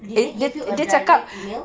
did they give you a direct email